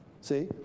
See